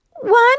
One